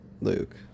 luke